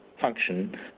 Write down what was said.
function